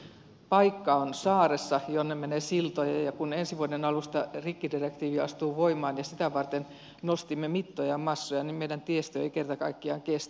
se paikka on saaressa jonne menee siltoja ja kun ensi vuoden alusta rikkidirektiivi astuu voimaan ja sitä varten nostimme mittoja ja massoja niin meidän tiestömme ei kerta kaikkiaan kestä